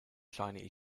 chinese